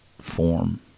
form